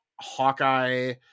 Hawkeye